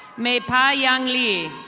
may pai yung lee.